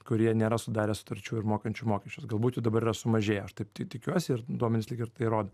kurie nėra sudarę sutarčių ir mokančių mokesčius galbūt jų dabar yra sumažėję aš taip tikiuosi ir duomenys lyg ir tai rodo